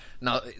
Now